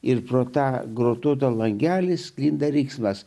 ir pro tą grotuotą langelį sklinda riksmas